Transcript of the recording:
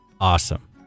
Awesome